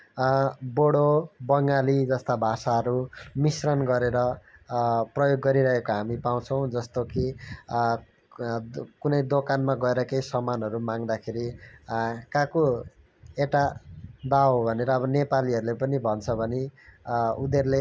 बोडो बङ्गाली जस्ता भाषाहरू मिश्रण गरेर प्रयोग गरिहेको हामी पाउँछौँ जस्तो कि कुनै दोकानमा गएर केही सामानहरू माग्दाखेरि काकु एटा दाओ भनेर नेपालीहरूले पनि भन्छ भने उनीहरूले